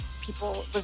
people